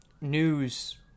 news